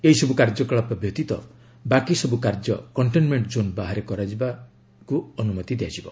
ଏହିସବୁ କାର୍ଯ୍ୟକଳାପ ବ୍ୟତୀତ ବାକିସବୁ କାର୍ଯ୍ୟ କଣ୍ଟେନମେଷ୍ଟ୍ ଜୋନ୍ ବାହାରେ କରାଯିବାକୁ ଅନୁମତି ଦିଆଯିବ